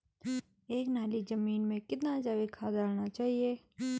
एक नाली जमीन में कितना जैविक खाद डालना चाहिए?